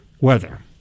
weather